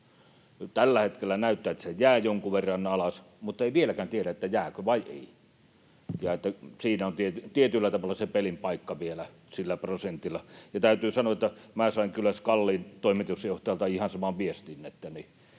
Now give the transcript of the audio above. Tällä hetkellä näyttää, että se jää jonkun verran alas, mutta ei vieläkään tiedä, jääkö vai ei. Siinä on tietyllä tavalla se pelin paikka vielä sillä prosentilla. Ja täytyy sanoa, että minä sain kyllä SKALin toimitusjohtajalta ihan saman viestin, eli